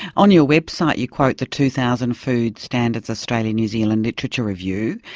on your website you quote the two thousand food standards australia new zealand literature review,